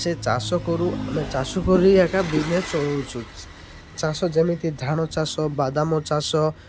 ସେ ଚାଷ କରୁ ଆମେ ଚାଷ କରି ଏକା ବିଜ୍ନେସ୍ ଚଳୁଛୁ ଚାଷ ଯେମିତି ଧାନ ଚାଷ ବାଦାମ ଚାଷ